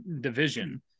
division